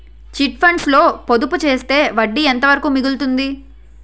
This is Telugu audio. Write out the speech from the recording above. చిట్ ఫండ్స్ లో పొదుపు చేస్తే వడ్డీ ఎంత వరకు మిగులుతుంది?